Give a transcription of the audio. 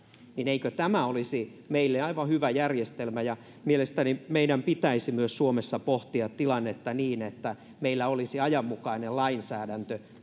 eikö tämä olisi meille aivan hyvä järjestelmä mielestäni meidän pitäisi myös suomessa pohtia tilannetta niin että meillä olisi ajanmukainen lainsäädäntö